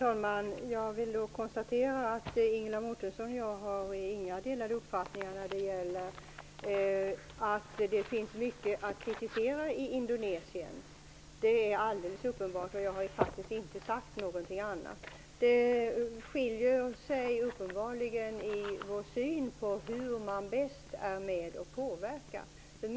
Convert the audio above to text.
Herr talman! Jag konstaterar att Ingela Mårtensson och jag inte har skilda uppfattningar när det gäller att det finns mycket att kritisera i Indonesien. Jag har faktiskt inte sagt något annat. Men vi har olika syn på hur man bäst är med och påverkar.